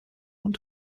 und